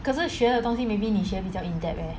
可是学的东西 maybe 你学比较 in depth leh